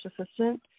assistant